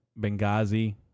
Benghazi